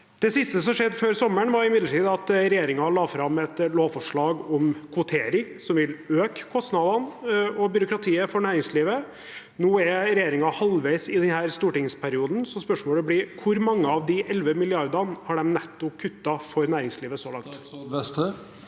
Det siste som skjedde før sommeren, var imidlertid at regjeringen la fram et lovforslag om kvotering, som vil øke kostnadene og byråkratiet for næringslivet. Nå er regjeringen halvveis i denne stortingsperioden. Spørsmålet blir: Hvor mange av de 11 mrd. kr har de kuttet for næringslivet så langt?